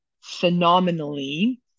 phenomenally